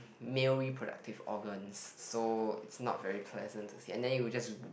male reproductive organs so it's not very pleasant to see and then it will just